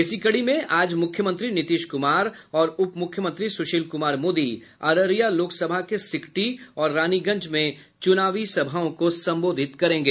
इसी कड़ी में आज मुख्यमंत्री नीतीश कुमार और उप मुख्यमंत्री सुशील कुमार मोदी अररिया लोकसभा के सिकटी और रानीगंज में चुनावी सभाओं को संबोधित करेंगे